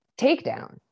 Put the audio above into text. takedown